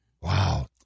Wow